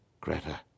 Greta